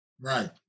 Right